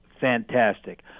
fantastic